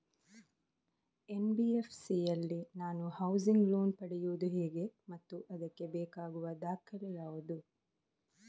NBFC ಯಲ್ಲಿ ನಾನು housing loan ಪಡೆಯುದು ಹೇಗೆ ಮತ್ತು ಅದಕ್ಕೆ ಬೇಕಾಗುವ ದಾಖಲೆ ಯಾವುದು?